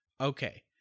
Okay